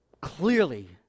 clearly